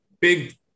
big